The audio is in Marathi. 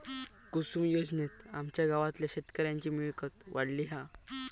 कुसूम योजनेत आमच्या गावातल्या शेतकऱ्यांची मिळकत वाढली हा